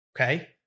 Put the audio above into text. Okay